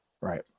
Right